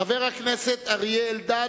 חבר הכנסת אריה אלדד,